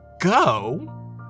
go